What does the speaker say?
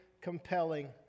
compelling